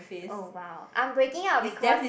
oh !wow! I'm breaking up because